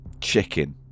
Chicken